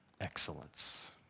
excellence